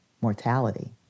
mortality